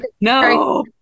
No